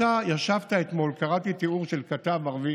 אתה ישבת אתמול, קראתי תיאור של כתב ערבי